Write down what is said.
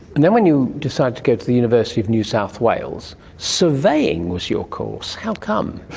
and then when you decide to go to the university of new south wales, surveying was your course. how come?